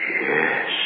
Yes